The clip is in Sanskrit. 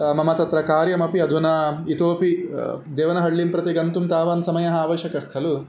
मम तत्र कार्यमपि अधुना इतोऽपि देवनहळ्ळिं प्रति गन्तुं तावान् समयः आवश्यकः खलु